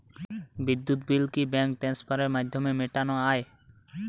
বিদ্যুৎ বিল কি ব্যাঙ্ক ট্রান্সফারের মাধ্যমে মেটানো য়ায়?